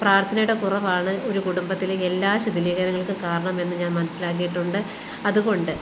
പ്രാർത്ഥനയുടെ കുറവാണ് ഒര് കുടുംബത്തിലെ എല്ലാ ശിഥിലീകരങ്ങൾക്ക് കാരണം എന്ന് ഞാൻ മനസിലാക്കിയിട്ടുണ്ട് അതുകൊണ്ട്